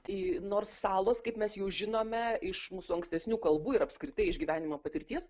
tai nors salos kaip mes jau žinome iš mūsų ankstesnių kalbų ir apskritai iš gyvenimo patirties